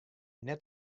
net